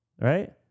right